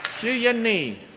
hiew yen nee.